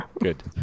Good